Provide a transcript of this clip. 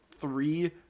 three